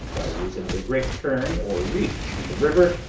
by reason of a great turn or reach in the river,